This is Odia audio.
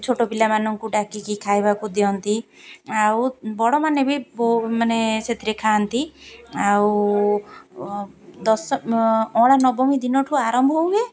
ଛୋଟ ପିଲାମାନଙ୍କୁ ଡାକିକି ଖାଇବାକୁ ଦିଅନ୍ତି ଆଉ ବଡ଼ ମାନେ ବି ମାନେ ସେଥିରେ ଖାଆନ୍ତି ଆଉ ଦଶ ଅଁଳା ନବମୀ ଦିନ ଠୁ ଆରମ୍ଭ ହୁଏ